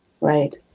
right